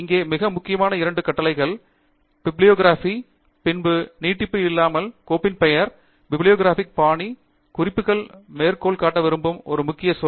இங்கே மிக முக்கியமான இரண்டு கட்டளைகள் பைபிலிவ்க்ராபிக் பின்னர் நீட்டிப்பு இல்லாமல் கோப்பின் பெயர் பைபிலிவ்க்ராபிக் பாணி குறிப்புகள் மேற்கோள் காட்ட விரும்பும் ஒரு முக்கிய சொல்